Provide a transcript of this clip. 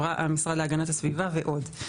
המשרד להגנת הסביבה ועוד.